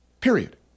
period